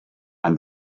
and